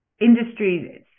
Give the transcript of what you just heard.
industries